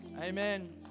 amen